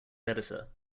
editor